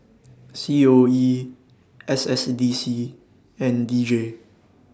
C O E S S D C and D J